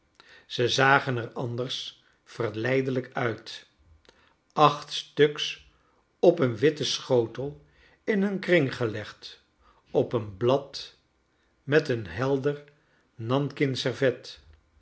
ze zagen er anders verleidelrjk uit acht stuks op een witten schotel in een kring gelegd op een blad met een helder nanking servet